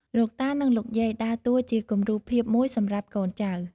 លោកតា និងលោកយាយដើរតួជាគំរូភាពមួយសម្រាប់កូនចៅ។